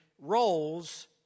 Roles